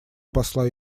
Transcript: посла